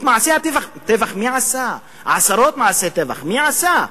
את מעשי הטבח מי עשה, עשרות מעשי טבח מי עשה?